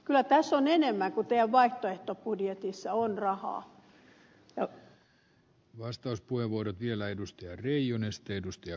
kyllä tässä on enemmän kuin teidän vaihtoehtobudjetissanne on rahaa ja vastauspuheenvuorot vielä edusti riionesteedustaja